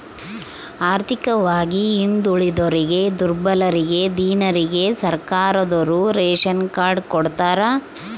ಆರ್ಥಿಕವಾಗಿ ಹಿಂದುಳಿದೋರಿಗೆ ದುರ್ಬಲರಿಗೆ ದೀನರಿಗೆ ಸರ್ಕಾರದೋರು ರೇಶನ್ ಕಾರ್ಡ್ ಕೊಡ್ತಾರ